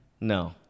No